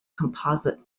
composite